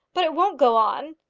but it won't go on?